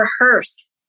rehearse